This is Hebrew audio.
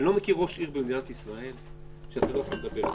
אני לא מכיר ראש עיר במדינת ישראל שאתה לא יכול לדבר איתו.